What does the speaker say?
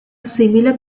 similar